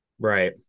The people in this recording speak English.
Right